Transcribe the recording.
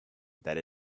that